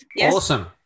Awesome